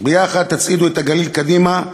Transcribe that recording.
ביחד, תצעידו את הגליל קדימה.